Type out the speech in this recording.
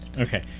Okay